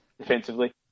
defensively